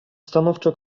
stanowczo